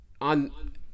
on